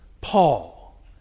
Paul